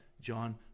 John